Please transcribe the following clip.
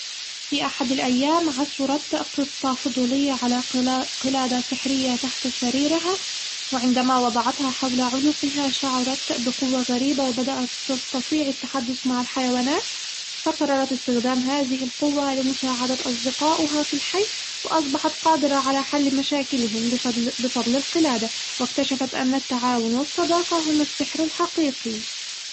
في أحد الأيام، عثرت قطة فضولية على قل- قلادة سحرية تحت سريرها، وعندما وضعتها حول عنقها شعرت بقوة غريبة وبدأت تستطيع التحدث مع الحيوانات، فقررت استخدام هذه القوة لمساعدة أصدقاؤها في الحي وأصبحت قادرة على حل مشاكلهم بفضل بفضل القلادة واكتشفت أن التعاون والصداقة هم السحر الحقيقي.